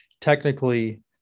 technically